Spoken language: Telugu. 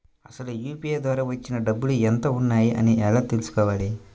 అసలు యూ.పీ.ఐ ద్వార వచ్చిన డబ్బులు ఎంత వున్నాయి అని ఎలా తెలుసుకోవాలి?